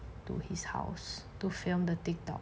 to his house to film the TikTok